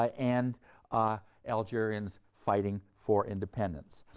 ah and ah algerians fighting for independence.